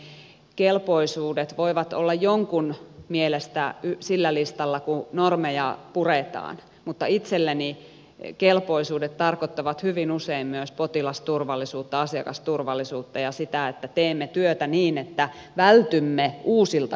mielestäni kelpoisuudet voivat olla jonkun mielestä sillä listalla kun normeja puretaan mutta itselleni kelpoisuudet tarkoittavat hyvin usein myös potilasturvallisuutta asiakasturvallisuutta ja sitä että teemme työtä niin että vältymme uusilta kustannuseriltä